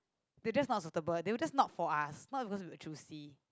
they were just not suitable they were just not for us not because we were choosy